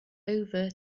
over